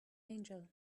angel